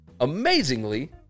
amazingly